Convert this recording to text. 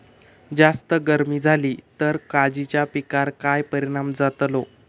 जास्त गर्मी जाली तर काजीच्या पीकार काय परिणाम जतालो?